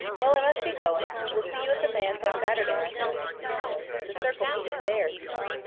well, i must be going we'll see you at the manse on saturday, i hope, miss lloyd. the circle meets there, you know.